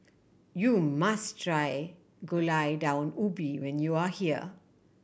you must try Gulai Daun Ubi when you are here